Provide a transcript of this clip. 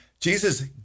Jesus